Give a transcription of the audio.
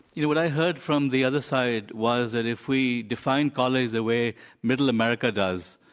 you know what i heard from the other side was that if we define college the way middle america does,